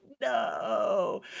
No